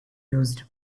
used